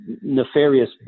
nefarious